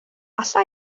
alla